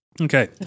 Okay